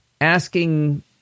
asking